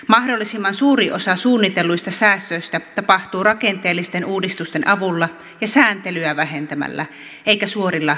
mahdollisimman suuri osa suunnitelluista säästöistä tapahtuu rakenteellisten uudistusten avulla ja sääntelyä vähentämällä eikä suorilla rahallisilla leikkauksilla